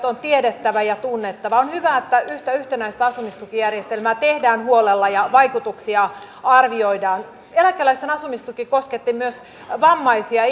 on tiedettävä ja tunnettava on hyvä että yhtä yhtenäistä asumistukijärjestelmää tehdään huolella ja vaikutuksia arvioidaan eläkeläisten asumistuki kosketti myös vammaisia